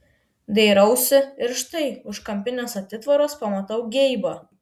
dairausi ir štai už kampinės atitvaros pamatau geibą